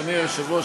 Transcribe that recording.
אדוני היושב-ראש,